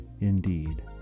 indeed